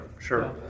sure